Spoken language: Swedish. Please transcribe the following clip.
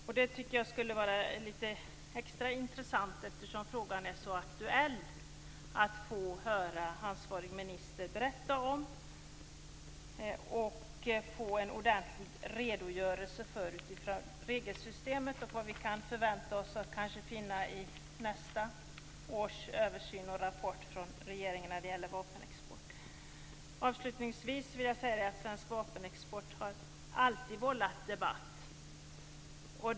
Eftersom frågan är så aktuell tycker jag att det skulle vara extra intressant att få höra ansvarig minister berätta om det här, ge en ordentlig redogörelse för regelsystemet och vad vi kan förvänta oss att finna i nästa års översyn och rapport från regeringen när det gäller vapenexport. Avslutningsvis vill jag säga att svensk vapenexport alltid har vållat debatt.